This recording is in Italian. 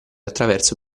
attraverso